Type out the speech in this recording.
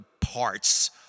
parts